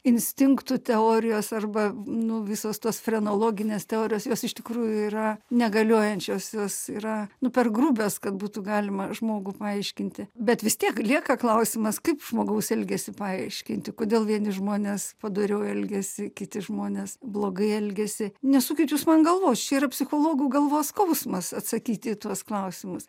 instinktų teorijos arba nu visos tos frenologinės teorijos jos iš tikrųjų yra negaliojančios jos yra nu per grubios kad būtų galima žmogų paaiškinti bet vis tiek lieka klausimas kaip žmogaus elgesį paaiškinti kodėl vieni žmonės padoriau elgiasi kiti žmonės blogai elgiasi nesukit jūs man galvos čia yra psichologų galvos skausmas atsakyti į tuos klausimus